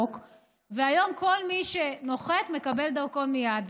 והיום כל מי שנוחת מקבל דרכון מייד.